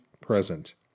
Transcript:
present